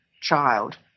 child